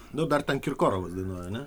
nu dar ten kirkorovas dainuoja ne